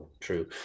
True